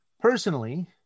Personally